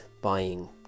buying